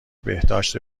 بهداشت